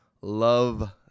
Love